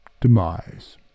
demise